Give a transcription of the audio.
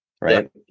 right